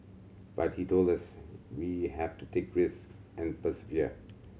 but he told us we have to take risks and persevere